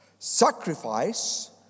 Sacrifice